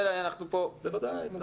בוודאי.